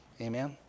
Amen